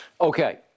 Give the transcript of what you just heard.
Okay